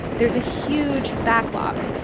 there's a huge backlog.